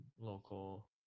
local